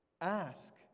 ask